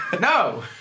No